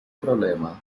problema